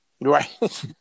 Right